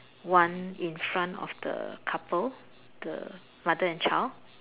one in front of the couple the mother and child